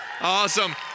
Awesome